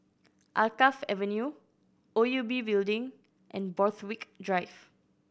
Alkaff Avenue O U B Building and Borthwick Drive